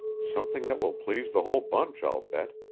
something that will please the whole bunch, i'll bet.